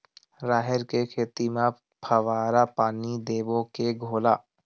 राहेर के खेती म फवारा पानी देबो के घोला?